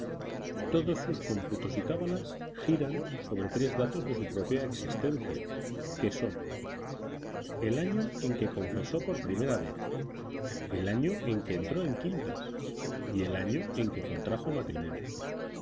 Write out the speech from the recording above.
todos sus cómputos y cábalas giran sobre tres datos de su propia existencia que son el año en que confesó por primera vez el año en que entró en quintas y el año en que contrajo matrimonio